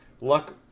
Luck –